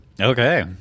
Okay